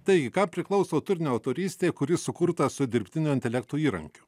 taigi kam priklauso turinio autorystė kuri sukurta su dirbtinio intelekto įrankiu